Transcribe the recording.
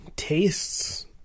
Tastes